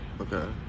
okay